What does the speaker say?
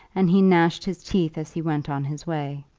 and he gnashed his teeth as he went on his way.